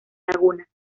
laguna